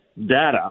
data